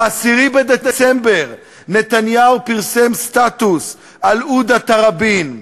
ב-10 בדצמבר נתניהו פרסם סטטוס על עודה תראבין.